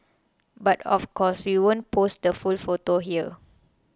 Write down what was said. but of course we won't post the full photo here